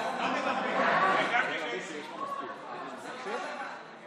אנחנו על הקשקש, תמשיך, תמשיך.